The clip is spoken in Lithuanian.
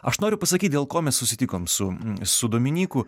aš noriu pasakyt dėl ko mes susitikom su su dominyku